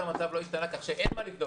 כך שאין מה לבדוק.